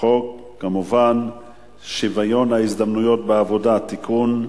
חוק שוויון ההזדמנויות (תיקון,